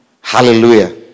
Hallelujah